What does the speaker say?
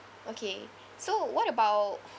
okay so what about